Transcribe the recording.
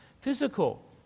physical